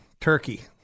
turkey